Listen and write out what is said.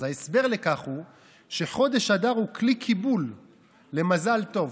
ההסבר לכך הוא שחודש אדר הוא כלי קיבול למזל טוב,